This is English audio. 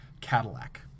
Cadillac